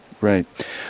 Right